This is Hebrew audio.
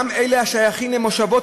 גם אלה השייכים למושבות,